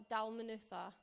Dalmanutha